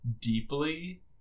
deeply